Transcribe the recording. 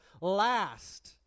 last